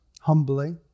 humbly